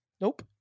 Nope